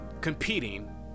competing